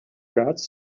guards